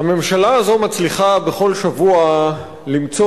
הממשלה הזאת מצליחה בכל שבוע למצוא